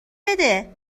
بده